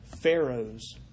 Pharaoh's